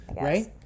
right